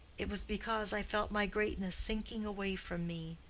it was because i felt my greatness sinking away from me,